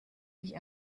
wie